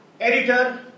editor